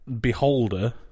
Beholder